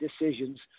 decisions